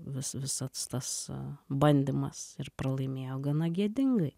vis visas tas bandymas ir pralaimėjo gana gėdingai